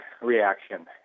reaction